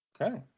okay